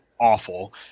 awful